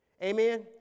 amen